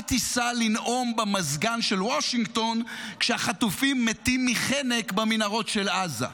אל תיסע לנאום במזגן של וושינגטון כשהחטופים מתים מחנק במנהרות של עזה.